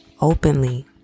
openly